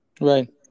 Right